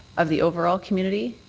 of the overall community?